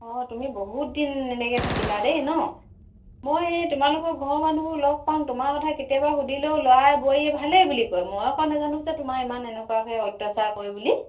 অঁ তুমি বহুত দিন এনেকৈ থাকিলা দেই ন মই এই তোমালোকৰ ঘৰৰ মানুহবোৰ লগ পাওঁ তোমাৰ কথা কেতিয়াবা সুধিলেও ল'ৰাই বোৱাৰীয়ে ভালেই বুলি কয় মই আকৌ নোজানো যে তোমাৰ ইমান এনেকুৱাকৈ অত্যাচাৰ কৰে বুলি